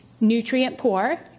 nutrient-poor